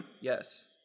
Yes